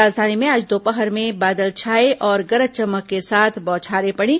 राजधानी में आज दोपहर में बादल छाए और गरज चमक के साथ बौछारें पड़ी